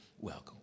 welcome